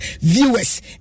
viewers